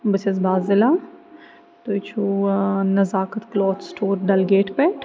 بہٕ چھَس بازِلا تُہۍ چھُو Nazakat cloth store Dal gate پٮ۪ٹھ